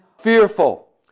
fearful